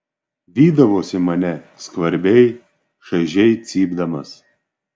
vydavosi mane skvarbiai šaižiai cypdamas